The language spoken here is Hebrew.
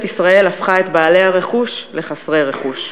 ישראל הפכה את בעלי הרכוש לחסרי רכוש".